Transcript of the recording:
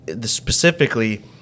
specifically